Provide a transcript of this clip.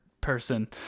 person